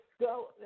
go